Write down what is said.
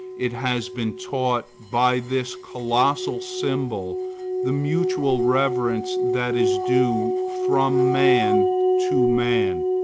it has been taught by this colossal symbol the mutual reverence that is due from man to man.